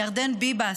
על ירדן ביבס,